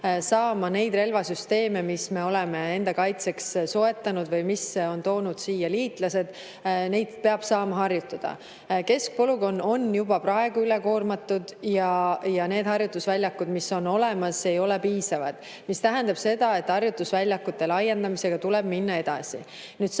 peame neid relvasüsteeme, mis me oleme enda kaitseks soetanud või mis on toonud siia liitlased, saama harjutada. Keskpolügoon on juba praegu üle koormatud ja need harjutusväljad, mis on olemas, ei ole piisavad. See tähendab seda, et harjutusväljade laiendamisega tuleb minna edasi. Eesti